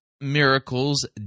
miracles